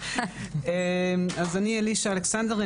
אז אני אלישע אלכסנדר,